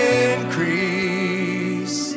increase